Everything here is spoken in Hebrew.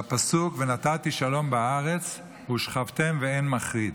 על הפסוק "ונתתי שלום בארץ וּשְׁכבתם ואין מחריד".